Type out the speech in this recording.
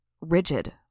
rigid